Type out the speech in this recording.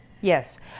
Yes